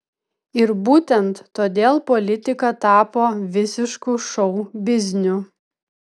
ir būtent todėl politika tapo visišku šou bizniu